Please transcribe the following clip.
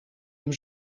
hem